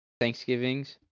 Thanksgivings